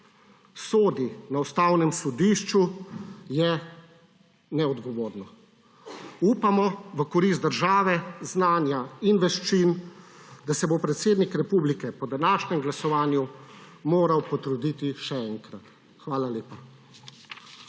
sodi na Ustavnem sodišču, je neodgovorno. Upamo, v korist države, znanja in veščin, da se bo predsednik republike po današnjem glasovanju moral potruditi še enkrat. Hvala lepa.